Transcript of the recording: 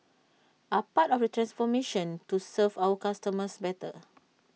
are part of the transformation to serve our customers better